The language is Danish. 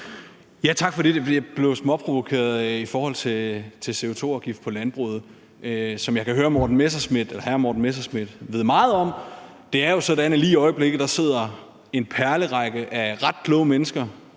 Tak for det. Jeg blev lidt småprovokeret i forhold til en CO2-afgift på landbruget, som jeg kan høre hr. Morten Messerschmidt ved meget om. Det er jo sådan, at lige i øjeblikket sidder en perlerække af ret kloge mennesker